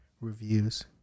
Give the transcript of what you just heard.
reviews